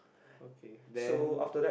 okay then